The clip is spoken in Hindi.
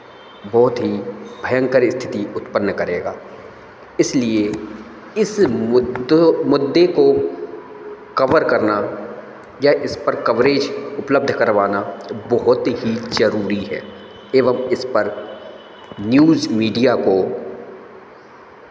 बहुत ही भयंकर स्थिति उत्पन्न करेगा इसलिए इस मुद्दों मुद्दे को कवर करना या इस पर कवरेज करना उपलब्ध करवाना बहुत ही ज़रूरी है एवं इस पर न्यूज़ मीडिया को